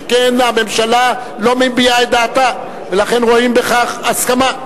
שכן הממשלה לא מביעה את דעתה ולכן רואים בכך הסכמה.